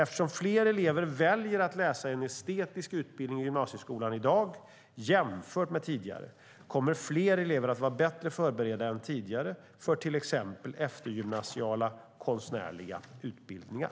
Eftersom fler elever väljer att läsa en estetisk utbildning i gymnasieskolan i dag jämfört med tidigare kommer fler elever att vara bättre förberedda än tidigare för till exempel eftergymnasiala konstnärliga utbildningar.